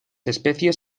especies